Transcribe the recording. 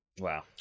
wow